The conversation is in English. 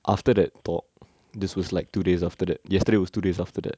after that talk this was like two days after that yesterday was two days after that